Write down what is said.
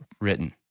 written